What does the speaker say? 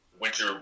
winter